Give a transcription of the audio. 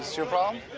your problem